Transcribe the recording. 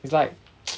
it's like